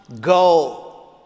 go